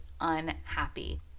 unhappy